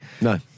No